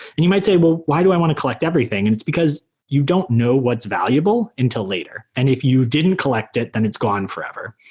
and you might say, well, why do i want to collect everything, and it's because you don't know what's valuable until later. and if you didn't collect it, then it's gone forever.